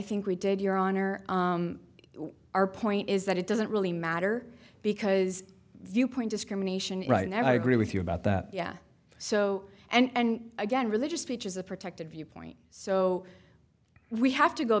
think we did your honor our point is that it doesn't really matter because viewpoint discrimination right now and i agree with you about that so and again religious speech is a protected viewpoint so we have to go